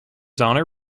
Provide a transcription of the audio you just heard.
honour